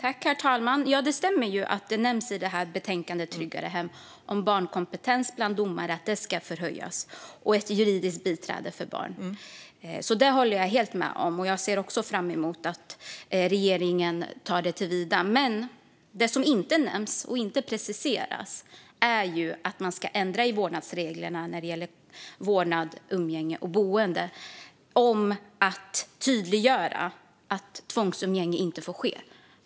Herr talman! Det stämmer att det i betänkandet Tryggare hem för barn nämns att barnkompetensen hos domare ska höjas och att barn ska ha tillgång till juridiskt biträde, och jag ser fram emot att regeringen tar detta vidare. Det som inte nämns och inte tydliggörs när det gäller vårdnad, umgänge och boende är att tvångsumgänge inte ska få ske.